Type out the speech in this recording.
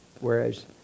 Whereas